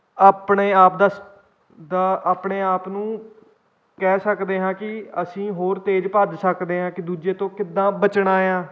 ਆਪਣੇ ਆਪ ਦਾ ਸ ਦਾ ਆਪਣੇ ਆਪ ਨੂੰ ਕਹਿ ਸਕਦੇ ਹਾਂ ਕਿ ਅਸੀਂ ਹੋਰ ਤੇਜ ਭੱਜ ਸਕਦੇ ਹਾਂ ਕਿ ਦੂਜੇ ਤੋਂ ਕਿੱਦਾਂ ਬਚਣਾ ਆ